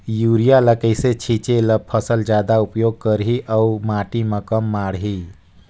Urea ल कइसे छीचे ल फसल जादा उपयोग करही अउ माटी म कम माढ़ही?